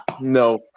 no